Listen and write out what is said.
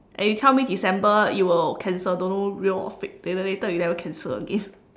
and you tell me December you will cancel don't know real or fake later later you never cancel again